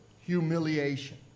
humiliation